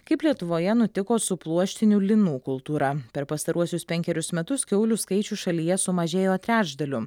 kaip lietuvoje nutiko su pluoštinių linų kultūra per pastaruosius penkerius metus kiaulių skaičius šalyje sumažėjo trečdaliu